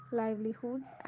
livelihoods